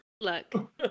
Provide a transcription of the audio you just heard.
Look